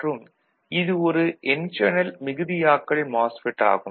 மற்றும் இது ஒரு என் சேனல் மிகுதியாக்கல் மாஸ்ஃபெட் ஆகும்